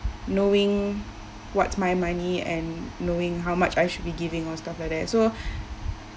knowing what's my money and knowing how much I should be giving or stuff like that so